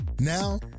Now